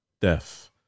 death